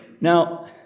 Now